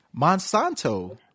Monsanto